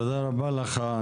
תודה רבה לך.